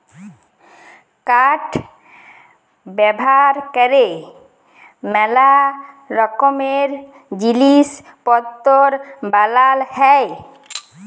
কাঠ ব্যাভার ক্যরে ম্যালা রকমের জিলিস পত্তর বালাল হ্যয়